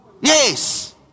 yes